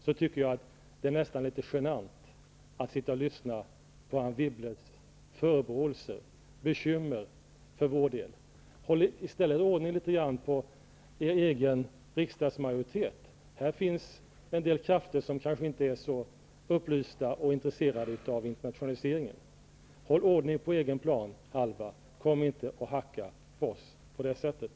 Jag tycker nästan att det är litet genant att lyssna på Anne Wibbles förebråelser och bekymmer för vår del. Håll i stället ordning på er egen riksdagsmajoritet! Här finns en del krafter som kanske inte är så upplysta och intresserade av internationaliseringen. Håll ordning på egen planhalva! Kom inte och hacka på oss på det sättet!